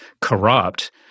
corrupt